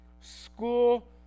school